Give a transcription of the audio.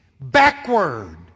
backward